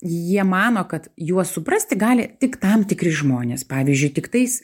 jie mano kad juos suprasti gali tik tam tikri žmonės pavyzdžiui tiktais